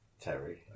Terry